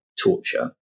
torture